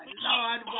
Lord